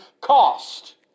cost